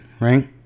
right